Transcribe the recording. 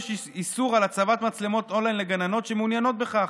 יש איסור על הצבת מצלמות און-ליין לגננות שמעוניינות בכך,